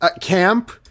camp